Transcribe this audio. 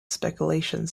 speculation